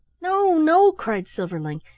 no, no! cried silverling.